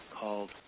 called